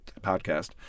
podcast